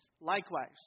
Likewise